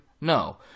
No